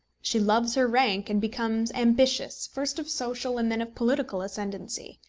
she loves her rank and becomes ambitious, first of social, and then of political ascendancy.